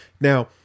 Now